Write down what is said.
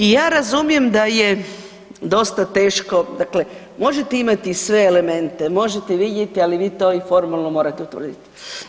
I ja razumijem da je dosta teško dakle, možete imati sve elemente, možete vidjeti ali vi to i formalno morate utvrditi.